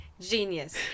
genius